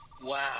Wow